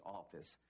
office